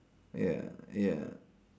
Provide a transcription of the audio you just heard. ya ya